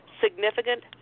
significant